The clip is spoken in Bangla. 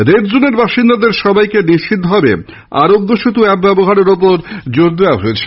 রেডজোনের বাসিন্দাদের সবাইকে নিশ্চিতভাবে আরোগ্যসেতু অ্যাপ ব্যবহারের উপর জোর দেওয়া হয়েছে